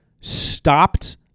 stopped